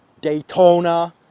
daytona